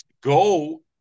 go